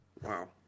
Wow